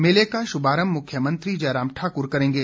मेले का शुभारंभ मुख्यमंत्री जयराम ठाकुर करेंगे